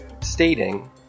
stating